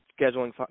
scheduling